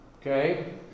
okay